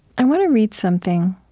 i want to read something